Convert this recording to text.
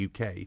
UK